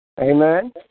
Amen